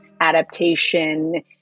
adaptation